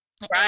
right